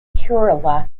kerala